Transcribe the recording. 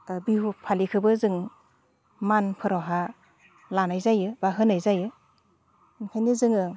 बिहु फालिखौबो जों मानफोरावहा लानाय जायो बा होनाय जायो बेनिखायनो जोङो